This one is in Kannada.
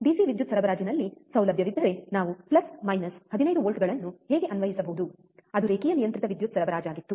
ಡಿಸಿ ವಿದ್ಯುತ್ ಸರಬರಾಜಿನಲ್ಲಿ ಸೌಲಭ್ಯವಿದ್ದರೆ ನಾವು ಪ್ಲಸ್ ಮೈನಸ್ 15 ವೋಲ್ಟ್ಗಳನ್ನು ಹೇಗೆ ಅನ್ವಯಿಸಬಹುದು ಅದು ರೇಖೀಯ ನಿಯಂತ್ರಿತ ವಿದ್ಯುತ್ ಸರಬರಾಜಾಗಿತ್ತು